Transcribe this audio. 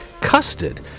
Custard